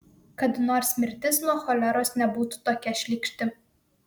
kad nors mirtis nuo choleros nebūtų tokia šlykšti